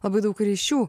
labai daug ryšių